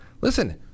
Listen